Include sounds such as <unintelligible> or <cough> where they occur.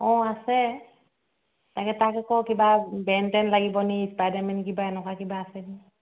অঁ আছে তাকে তাক আকৌ কিবা বেন টেন লাগিব নি স্পাইডাৰমেন কিবা এনেকুৱা কিবা আছে <unintelligible>